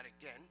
again